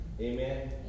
Amen